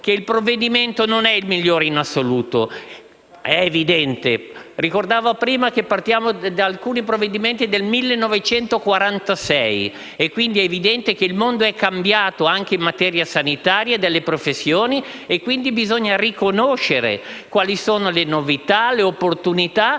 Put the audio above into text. Il provvedimento certamente non è il migliore in assoluto. Ricordavo prima che partiamo da alcuni provvedimenti del 1946, ed è evidente che il mondo è cambiato anche in materia sanitaria e nelle professioni; quindi bisogna riconoscere quali sono le novità, le opportunità